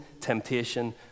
temptation